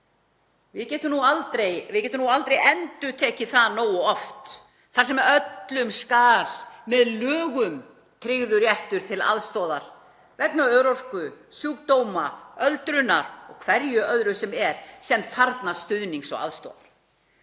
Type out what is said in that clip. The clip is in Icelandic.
Við getum aldrei endurtekið það nógu oft. Þar skal öllum með lögum tryggður réttur til aðstoðar vegna örorku, sjúkdóma, öldrunar og hverju öðru sem er sem þarfnast stuðnings og aðstoðar.